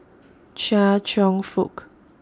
Chia Cheong Fook